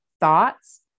thoughts